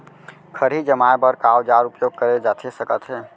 खरही जमाए बर का औजार उपयोग करे जाथे सकत हे?